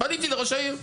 פניתי לראש העיר.